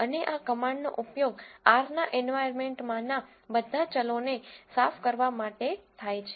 અને આ કમાન્ડનો ઉપયોગ R ના એન્વાયરમેન્ટમાંના બધા ચલોને સાફ કરવા માટે થાય છે